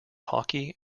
hockey